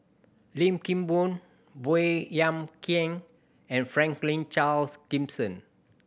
Lim Kim Boon Baey Yam Keng and Franklin Charles Gimson